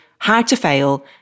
HOWTOFAIL